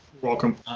welcome